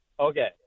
Okay